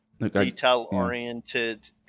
detail-oriented